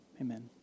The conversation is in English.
Amen